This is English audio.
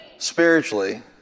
spiritually